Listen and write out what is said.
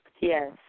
yes